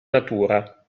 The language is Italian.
natura